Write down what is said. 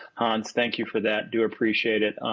hans, thank you for that, do appreciate it.